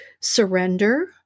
surrender